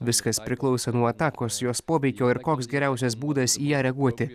viskas priklauso nuo atakos jos poveikio ir koks geriausias būdas į ją reaguoti